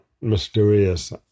mysterious